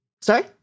Sorry